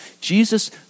Jesus